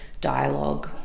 dialogue